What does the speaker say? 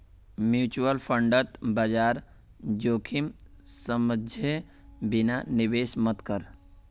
mutual फंडत बाजार जोखिम समझे बिना निवेश मत कर